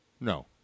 No